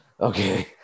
okay